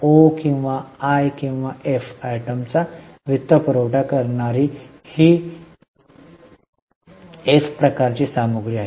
ओ किंवा मी किंवा एफ आयटमचा वित्तपुरवठा करणारी ही एफ प्रकारची सामग्री आहे